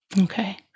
okay